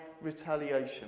retaliation